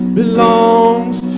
belongs